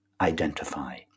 identify